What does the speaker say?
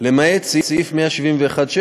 למעט סעיף 171(7)